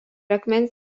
akmens